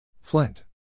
Flint